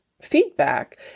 feedback